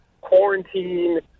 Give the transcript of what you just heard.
quarantine